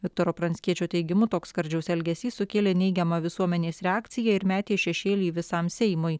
viktoro pranckiečio teigimu toks skardžiaus elgesys sukėlė neigiamą visuomenės reakciją ir metė šešėlį visam seimui